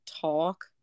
talk